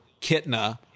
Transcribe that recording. Kitna